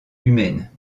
humaines